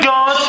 God